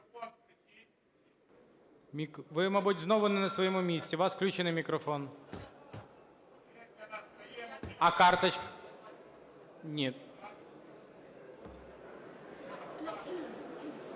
Ви, мабуть, знову не на своєму місці. У вас включений мікрофон? А карточка? Не